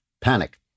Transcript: panic